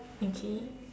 okay